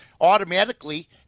automatically